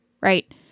right